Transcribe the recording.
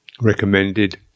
recommended